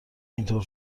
اینطور